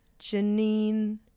Janine